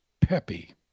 peppy